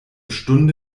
stunde